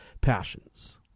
passions